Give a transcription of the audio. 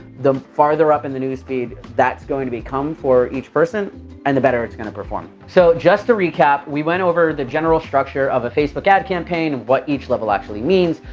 the farther up in the newsfeed that's going to become for each person and the better it's gonna perform. so just to recap, we went over the general structure of a facebook ad campaign, what each level actually means.